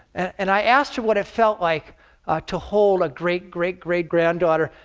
and i asked her what it felt like to hold a great-great-great-granddaughter.